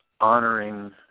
honoring